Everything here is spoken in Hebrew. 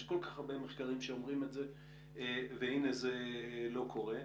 יש כל-כך הרבה מחקרים שאומרים את זה והנה זה לא קורה.